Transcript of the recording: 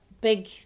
big